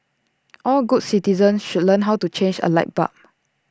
all good citizens should learn how to change A light bulb